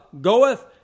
goeth